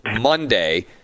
Monday